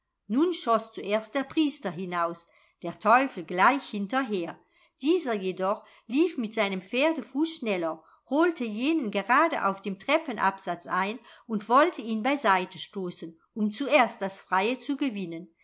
nun schoß zuerst der priester hinaus der teufel gleich hinterher dieser jedoch lief mit seinem pferdefuß schneller holte jenen gerade auf dem treppenabsatz ein und wollte ihn bei seite stoßen um zuerst das freie zu gewinnen